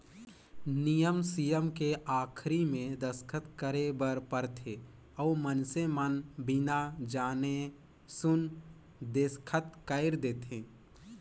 नियम सियम के आखरी मे दस्खत करे बर परथे अउ मइनसे मन बिना जाने सुन देसखत कइर देंथे